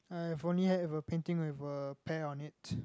I've only had a painting with a pear on it